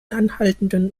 anhaltenden